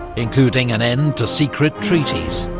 including an end to secret treaties,